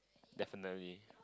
definitely